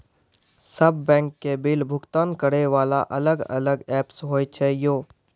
सब बैंक के बिल भुगतान करे वाला अलग अलग ऐप्स होय छै यो?